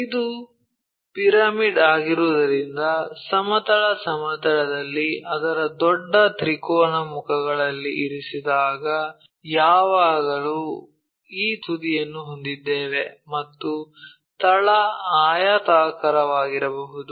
ಇದು ಪಿರಮಿಡ್ ಆಗಿರುವುದರಿಂದ ಸಮತಲ ಸಮತಲದಲ್ಲಿ ಅದರ ದೊಡ್ಡ ತ್ರಿಕೋನ ಮುಖಗಳಲ್ಲಿ ಇರಿಸಿದಾಗ ಯಾವಾಗಲೂ ಈ ತುದಿಯನ್ನು ಹೊಂದಿದ್ದೇವೆ ಮತ್ತು ತಳ ಆಯತಾಕಾರವಾಗಿರಬಹುದು